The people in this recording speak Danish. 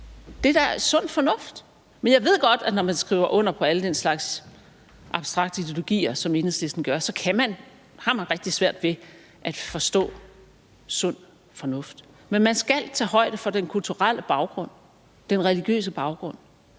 Det er da sund fornuft. Men jeg ved godt, at når man skriver under på al den slags abstrakte ideologier, som Enhedslisten gør, har man rigtig svært ved at forstå sund fornuft. Men man skal tage højde for den kulturelle baggrund, den religiøse baggrund,